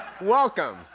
welcome